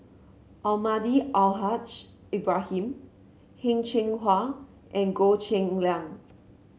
Almahdi Al Haj Ibrahim Heng Cheng Hwa and Goh Cheng Liang